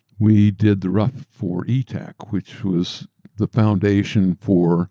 we did the rough for etak, which was the foundation for